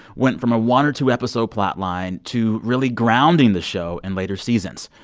went from a one or two episode plotline to really grounding the show in later seasons.